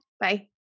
Bye